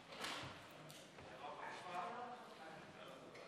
1 ביולי 2021 / 13 חוברת י"ג ישיבה ל"ה הישיבה